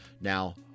now